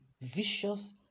vicious